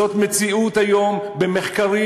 זאת המציאות היום במחקרים,